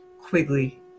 Quigley